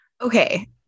Okay